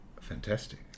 Fantastic